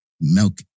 milk